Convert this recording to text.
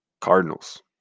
Cardinals